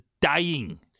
dying